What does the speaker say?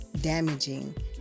damaging